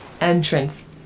entrance